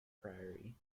priory